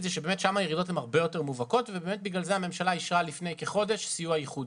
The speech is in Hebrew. שהירידות מובהקות ולכן הממשלה אישרה לפני כחודש סיוע ייחודי.